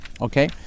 okay